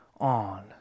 on